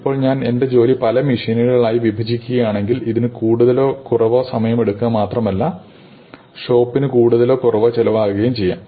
ഇപ്പോൾ ഞാൻ എന്റെ ജോലി പല മെഷീനുകളിൽ ആയി വിഭജിക്കുകയാണെങ്കിൽ ഇതിന് കൂടുതലോ കുറവോ സമയമെടുക്കുക മാത്രമല്ല ഷോപ്പിന് കൂടുതലോ കുറവോ ചെലവാകുകയും ചെയ്യാം